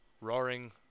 roaring